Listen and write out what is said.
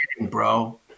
bro